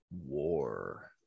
war